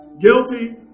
Guilty